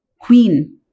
queen